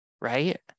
right